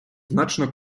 значно